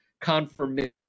confirmation